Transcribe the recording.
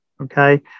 Okay